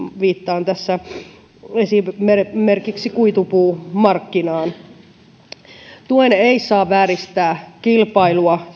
viittaan tässä esimerkiksi kuitupuumarkkinaan tulevan tuen ei saa antaa vääristää kilpailua